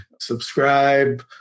subscribe